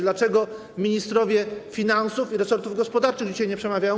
Dlaczego ministrowie finansów, resortów gospodarczych dzisiaj nie przemawiają?